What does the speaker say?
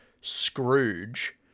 Scrooge